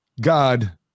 god